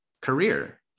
career